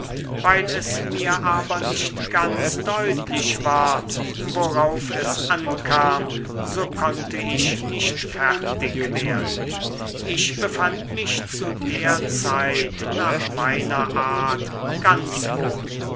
weil es mir aber nicht ganz deutlich war worauf es ankam so konnte ich nicht fertig werden ich befand mich zu der zeit nach meiner art ganz wohl